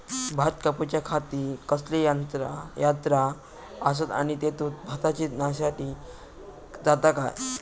भात कापूच्या खाती कसले यांत्रा आसत आणि तेतुत भाताची नाशादी जाता काय?